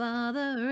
Father